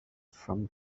from